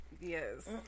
Yes